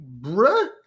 Bruh